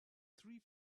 three